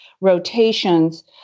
rotations